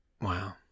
Wow